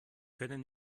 können